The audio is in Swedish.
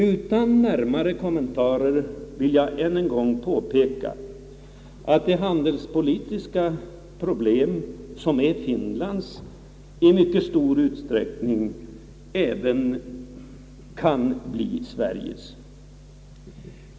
Utan närmare kommentarer vill jag än en gång påpeka att det handelspolitiska problem som är Finlands i mycket stor utsträckning även kan bli Sveriges.